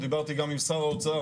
דיברתי גם עם שר האוצר,